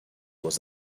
was